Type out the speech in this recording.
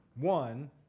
one